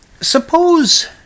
suppose